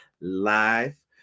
live